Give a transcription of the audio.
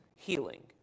Healing